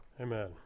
Amen